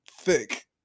thick